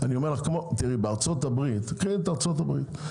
בארצות הברית יש